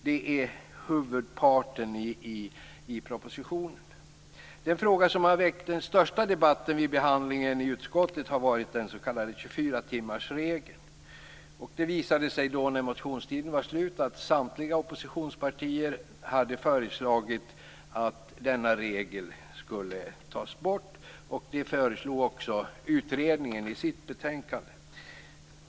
Detta är huvudparten i propositionen. Den fråga som har väckt den största debatten i behandlingen i utskottet har varit den s.k. 24 timmarsregeln. Det visade sig när motionstiden hade gått ut att samtliga oppositionspartier hade föreslagit att denna regel skulle tas bort. Det föreslås också av utredningen i sitt betänkande.